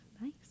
Nice